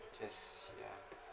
just ya